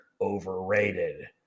overrated